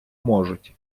можуть